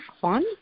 fun